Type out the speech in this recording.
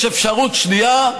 יש אפשרות שנייה: